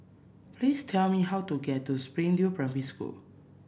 please tell me how to get to Springdale Primary School